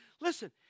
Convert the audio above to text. Listen